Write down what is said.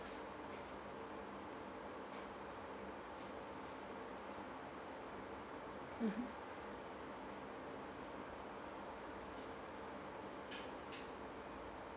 mmhmm